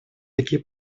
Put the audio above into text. такие